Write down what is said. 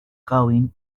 going